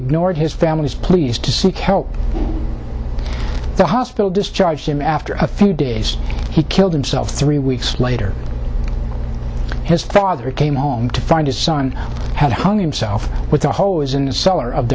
ignored his family's pleas to seek help the hospital discharged him after a few days he killed himself three weeks later his father came home to find his son had hung himself with a hose in the